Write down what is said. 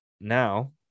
now